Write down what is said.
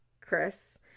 Chris